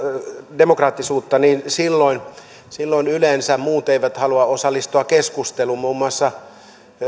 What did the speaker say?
epädemokraattisuutta silloin silloin yleensä muut eivät halua osallistua keskusteluun muun muassa